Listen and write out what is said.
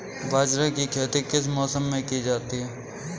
बाजरे की खेती किस मौसम में की जाती है?